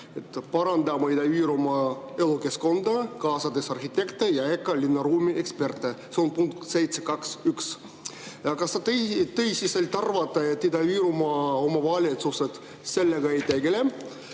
et parandame Ida-Virumaa elukeskkonda, kaasates arhitekte ja EKA linnaruumi eksperte. See on punkt 7.2.1. Kas te tõsiselt arvate, et Ida-Virumaa omavalitsused sellega ei tegele